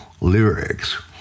lyrics